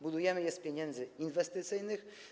Budujemy je z pieniędzy inwestycyjnych.